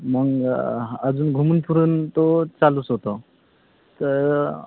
मग अजून घुमून फिरून तो चालूच होतो तर